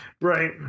Right